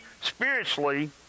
spiritually